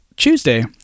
Tuesday